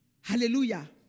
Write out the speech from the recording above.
Hallelujah